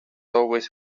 always